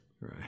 Right